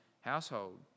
household